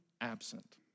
absent